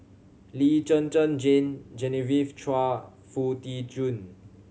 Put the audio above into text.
Lee Zhen Zhen Jane Genevieve Chua Foo Tee Jun